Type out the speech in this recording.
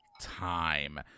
time